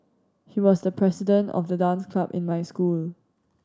he was the president of the dance club in my school